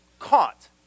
caught